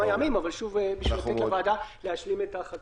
ימים בשביל לתת לוועדה להשלים את החקיקה.